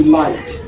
light